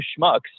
schmucks